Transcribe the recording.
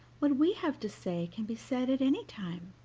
what we have to say can be said at any time,